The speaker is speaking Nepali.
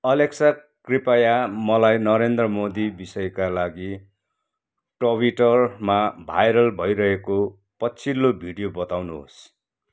अलेक्सा कृपया मलाई नरेन्द्र मोदी विषयका लागि टविटरमा भाइरल भइरहेको पछिल्लो भिडियो बताउनुहोस्